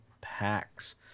packs